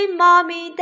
mommy